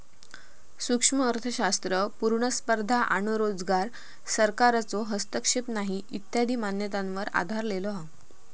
सूक्ष्म अर्थशास्त्र पुर्ण स्पर्धा आणो रोजगार, सरकारचो हस्तक्षेप नाही इत्यादी मान्यतांवर आधरलेलो हा